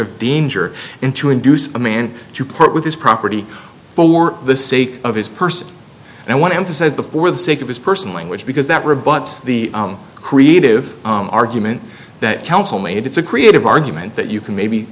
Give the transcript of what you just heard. of danger in to induce a man to part with his property for the sake of his person and i want to emphasize the for the sake of his person language because that rebuts the creative argument that council made it's a creative argument that you can maybe